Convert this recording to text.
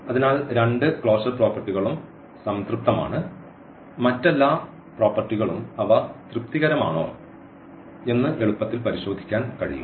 അതിനാൽ രണ്ട് ക്ലോഷർ പ്രോപ്പർട്ടികളും സംതൃപ്തമാണ് മറ്റെല്ലാ പ്രോപ്പർട്ടികളും അവ തൃപ്തികരമാണോ എന്ന് എളുപ്പത്തിൽ പരിശോധിക്കാൻ കഴിയും